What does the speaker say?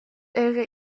era